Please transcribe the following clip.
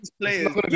Players